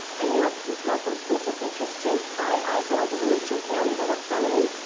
and yeah look, he's got those facial features too high eyebrows. he's a little too hairy to look feminine,